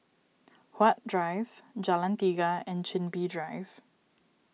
Huat Drive Jalan Tiga and Chin Bee Drive